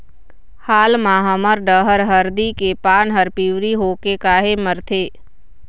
हाल मा हमर डहर हरदी के पान हर पिवरी होके काहे मरथे?